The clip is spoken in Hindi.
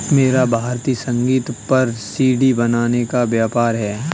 मेरा भारतीय संगीत पर सी.डी बनाने का व्यापार है